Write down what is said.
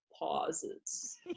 pauses